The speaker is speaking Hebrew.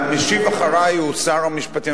המשיב אחרי הוא שר המשפטים.